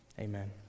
Amen